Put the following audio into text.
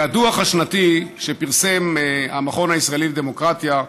הדוח השנתי שפרסם המכון הישראלי לדמוקרטיה,